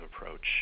approach